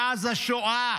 מאז השואה.